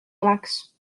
oleks